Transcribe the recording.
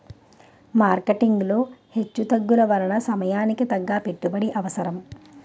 marketing లో హెచ్చుతగ్గుల వలన సమయానికి తగ్గ పెట్టుబడి అవసరం